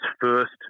first